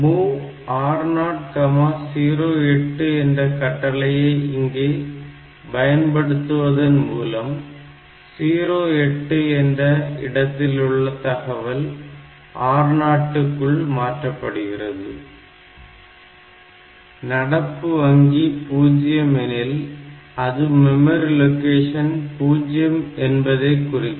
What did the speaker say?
MOV R008 என்ற கட்டளையை இங்கே பயன்படுத்துவதன் மூலம் 08 என்ற இடத்திலுள்ள தகவல் R0 க்குள் மாற்றப்படுகிறது நடப்பு வங்கி 0 எனில் அது மெமரி லொகேஷன் 0 என்பதை குறிக்கும்